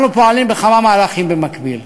אנחנו פועלים בכמה מהלכים במקביל.